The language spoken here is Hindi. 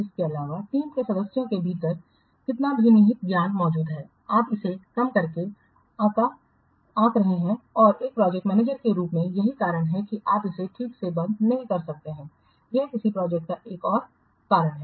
इसके अलावा टीम के सदस्यों के भीतर कितना निहित ज्ञान मौजूद है आप इसे कम करके आंका जा रहा है और एक प्रोजेक्ट मैनेजर के रूप में यही कारण है कि आप इसे ठीक से बंद नहीं कर सकते हैं यह किस प्रोजेक्ट का एक और कारण है